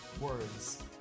words